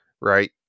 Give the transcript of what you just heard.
right